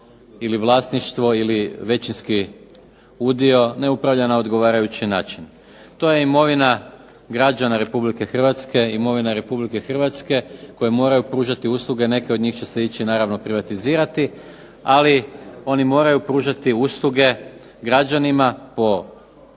ili vlasništvo ili većinski udio ne upravlja na odgovarajući način. To je imovina građana Republike Hrvatske, imovina Republike Hrvatske koje moraju pružati usluge. Neke od njih će se ići naravno privatizirati, ali oni moraju pružati usluge građanima po povoljnim